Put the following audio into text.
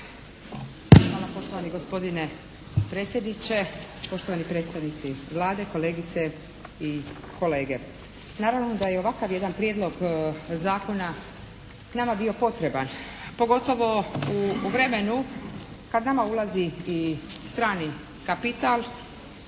Hvala. Poštovani gospodine predsjedniče, poštovani predstavnici Vlade, kolegice i kolege. Naravno da je ovakav jedan prijedlog zakona nama bio potreban, pogotovo u vremenu kad nama ulazi i strani kapital